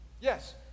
Yes